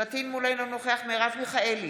פטין מולא, אינו נוכח מרב מיכאלי,